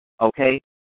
okay